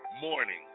morning